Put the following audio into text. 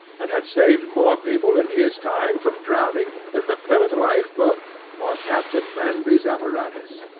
and had saved more people, in his time, from drowning, than the plymouth life boat, or captain manby's apparatus.